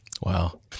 Wow